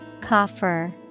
Coffer